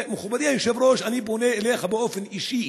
מכובדי היושב-ראש, אני פונה אליך באופן אישי,